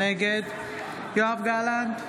נגד יואב גלנט,